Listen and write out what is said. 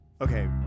Okay